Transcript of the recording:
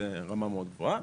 זו רמה מאוד גבוהה.